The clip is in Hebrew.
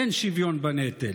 אין שוויון בנטל,